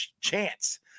chance